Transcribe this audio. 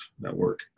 network